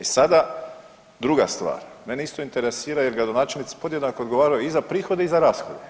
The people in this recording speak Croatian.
E sada druga stvar, mene isto interesira jel gradonačelnici podjednako odgovaraju i za prihode i za rashode.